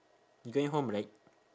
you going home right